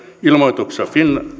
ilmoituksessa